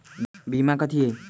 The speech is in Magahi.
बीमा कथी है?